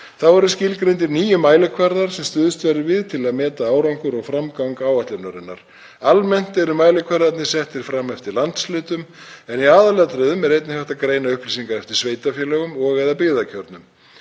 Þá eru skilgreindir níu mælikvarðar sem stuðst verður við til að meta árangur og framgang áætlunarinnar. Almennt eru mælikvarðarnir settir fram eftir landshlutum en í aðalatriðum er einnig hægt að greina upplýsingar eftir sveitarfélögum og/eða byggðakjörnum.